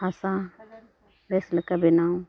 ᱦᱟᱥᱟ ᱵᱮᱥ ᱞᱮᱠᱟ ᱵᱮᱱᱟᱣ